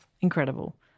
incredible